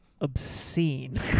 obscene